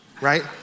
Right